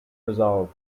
resolved